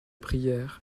prière